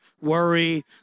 worry